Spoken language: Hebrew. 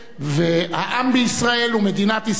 והעם בישראל ומדינת ישראל,